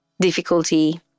difficulty